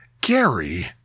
Gary